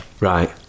right